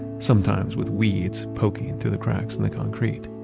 sometimes with weeds poking through the cracks and the concrete.